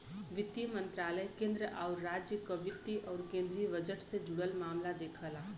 वित्त मंत्रालय केंद्र आउर राज्य क वित्त आउर केंद्रीय बजट से जुड़ल मामला देखला